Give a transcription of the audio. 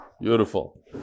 Beautiful